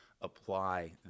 apply